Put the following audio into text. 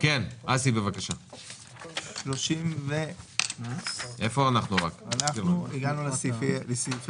ונכסים לא סחירים חדשים ייכנסו לדבר